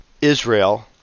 Israel